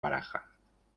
baraja